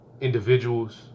individuals